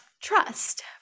Trust